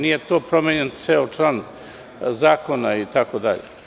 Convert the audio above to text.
Nije promenjen ceo član zakona itd.